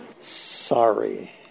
Sorry